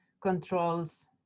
controls